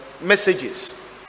messages